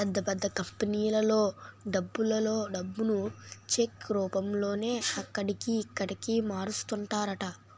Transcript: పెద్ద పెద్ద కంపెనీలలో డబ్బులలో డబ్బును చెక్ రూపంలోనే అక్కడికి, ఇక్కడికి మారుస్తుంటారట